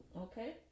okay